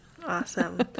Awesome